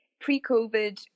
Pre-COVID